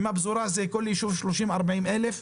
ועם הפזורה כל ישוב כולל 30,000 40,000 תושבים,